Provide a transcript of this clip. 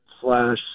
slash